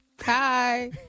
Hi